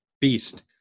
beast